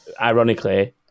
ironically